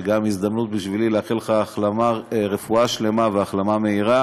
שזו גם הזדמנות בשבילי לאחל לך רפואה שלמה והחלמה מהירה.